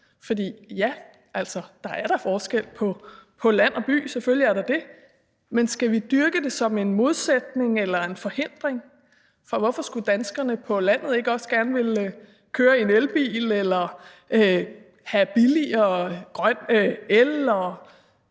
Ja, der er da forskel på land og by, selvfølgelig er der det. Men skal vi dyrke det som en modsætning eller en forhindring? For hvorfor skulle danskerne på landet ikke også gerne ville køre i en elbil eller have billigere